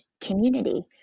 community